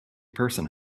person